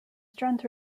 strength